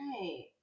right